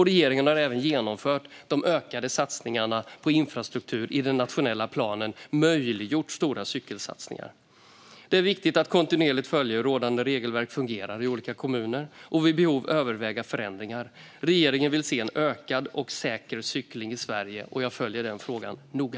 Regeringen har även genom de ökade satsningarna på infrastruktur i den nationella planen möjliggjort stora cykelsatsningar. Det är viktigt att kontinuerligt följa hur rådande regelverk fungerar i olika kommuner och att vid behov överväga förändringar. Regeringen vill se en ökad och säker cykling i Sverige. Jag följer den frågan noga.